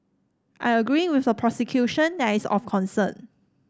I agree with the prosecution that is of concern